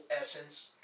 essence